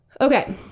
Okay